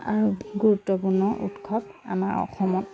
আৰু গুৰুত্বপূৰ্ণ উৎসৱ আমাৰ অসমত